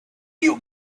you